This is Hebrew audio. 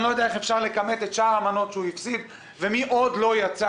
אני לא יודע איך אפשר לכמת את שאר המנות שהוא הפסיד ומי עוד לא יצא,